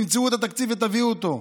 תמצאו את התקציב ותביאו אותו.